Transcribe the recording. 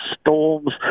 storms